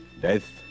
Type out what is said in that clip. death